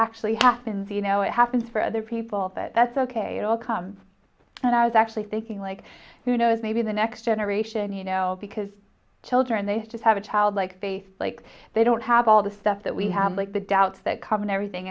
actually happens you know it happens for other people of it that's ok it all comes and i was actually thinking like who knows maybe the next generation you know because children they just have a childlike faith like they don't have all the stuff that we have like the doubts that come in everything